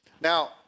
Now